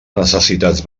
necessitats